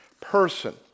person